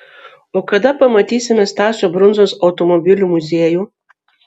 o kada pamatysime stasio brundzos automobilių muziejų